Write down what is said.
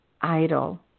idle